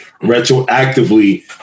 retroactively